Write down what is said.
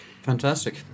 Fantastic